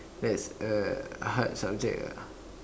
that's a hard subject lah